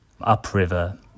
upriver